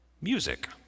music